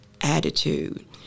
attitude